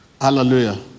Hallelujah